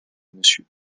monsieur